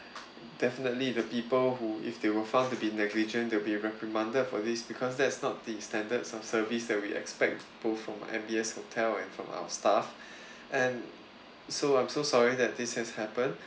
definitely the people who if they were found to be negligent they'll be reprimanded for this because that's not the standards of service that we expect both from M_B_S hotel and from our staff and so I'm so sorry that this has happened